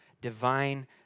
Divine